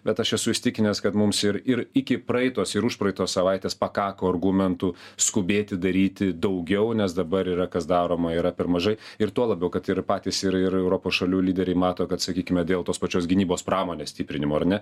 bet aš esu įsitikinęs kad mums ir ir iki praeitos ir užpraeitos savaitės pakako argumentų skubėti daryti daugiau nes dabar yra kas daroma yra per mažai ir tuo labiau kad ir patys ir ir europos šalių lyderiai mato kad sakykime dėl tos pačios gynybos pramonės stiprinimo ar ne